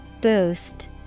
Boost